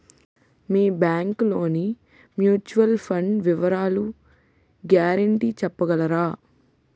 మీ bank లోని mutual fund వివరాల guarantee చెప్పగలరా?